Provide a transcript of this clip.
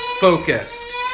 focused